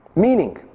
Meaning